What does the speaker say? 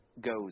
goes